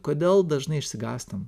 kodėl dažnai išsigąstam